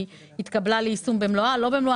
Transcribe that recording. היא התקבלה ליישום במלואה או לא במלואה?